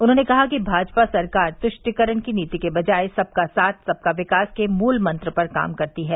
उन्होंने कहा कि भाजपा सरकार तुष्टिकरण की नीति के बजाय सबका साथ सबका विकास के मूल मंत्र पर काम करती है